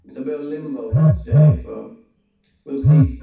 it's a bit of limbo today. but we'll see,